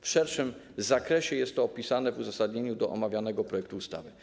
W szerszym zakresie jest to opisane w uzasadnieniu omawianego projektu ustawy.